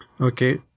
Okay